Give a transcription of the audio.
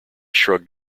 shrugged